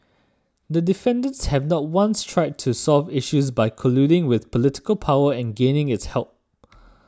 the defendants have not once tried to solve issues by colluding with political power and gaining its help